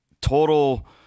total